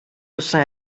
явсан